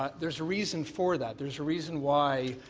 ah there's a reason for that, there's a reason why